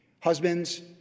Husbands